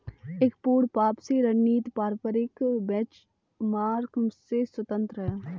एक पूर्ण वापसी रणनीति पारंपरिक बेंचमार्क से स्वतंत्र हैं